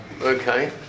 Okay